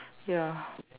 ya